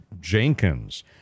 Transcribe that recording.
jenkins